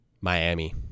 Miami